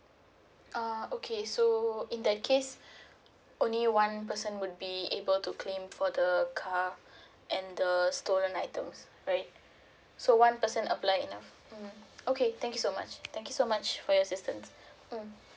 ah okay so in that case only one person would be able to claim for the car and the stolen items right so one person apply enough mm okay thank you so much thank you so much for your assistance mm